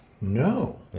No